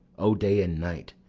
o day and night,